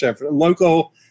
local